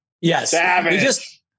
Yes